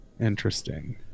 Interesting